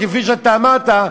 כפי שאמרת,